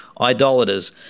idolaters